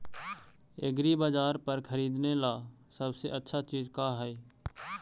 एग्रीबाजार पर खरीदने ला सबसे अच्छा चीज का हई?